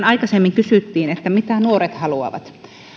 aikaisemmin kysyttiin mitä nuoret haluavat